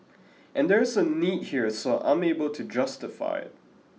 and there is a need here so I'm able to justify it